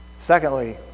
Secondly